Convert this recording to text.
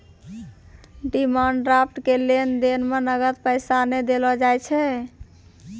demand draft के लेन देन मे नगद पैसा नै देलो जाय छै